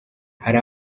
hari